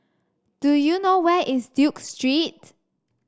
do you know where is Duke Street